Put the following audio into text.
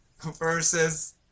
versus